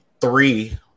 three